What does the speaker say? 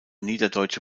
niederdeutsche